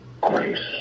grace